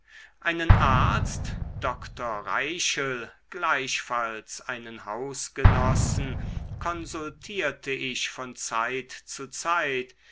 einen arzt doktor reichel gleichfalls einen hausgenossen konsultierte ich von zeit zu zeit